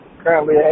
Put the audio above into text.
currently